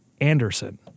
Anderson